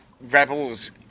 Rebels